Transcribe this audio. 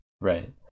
Right